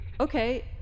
Okay